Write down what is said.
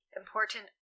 important